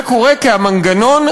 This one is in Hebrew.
זה קורה כי המנגנון,